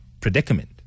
predicament